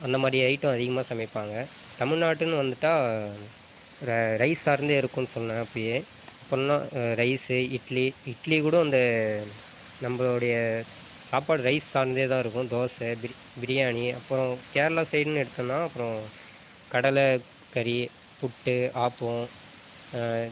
அந்தமாதிரி ஐட்டம் அதிகமாக சமைப்பாங்க தமிழ்நாடுன்னு வந்துட்டால் ர ரைஸ் சார்ந்தே இருக்குன்னு சொன்னேன் அப்போயே பண்ணால் ரைஸ்ஸு இட்லி இட்லி கூட இந்த நம்மளுடைய சாப்பாடு ரைஸ் சார்ந்தே தான் இருக்கும் தோசை பிரி பிரியாணி அப்புறம் கேரளா சைடுனு எடுத்தோம்னா அப்புறோம் கடலைகறி புட்டு ஆப்பம்